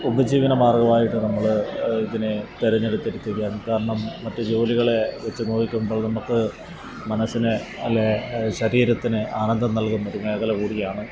ഉപജീവനമാർഗമായിട്ട് നമ്മൾ ഇതിനെ തെരഞ്ഞെടുത്തിരിക്കുയാണ് കാരണം മറ്റു ജോലികളെ വച്ചു നോക്കുമ്പോൾ നമ്മൾക്ക് മനസ്സിന് അല്ലേ ശരീരത്തിന് ആനന്ദം നൽകുന്ന ഒരു മേഖല കൂടിയാണ്